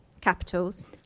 capitals